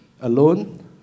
alone